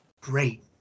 Great